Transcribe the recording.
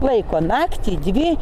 laiko naktį dvi